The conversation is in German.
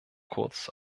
kurz